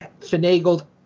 finagled